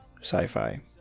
Sci-Fi